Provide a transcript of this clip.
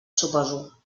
suposo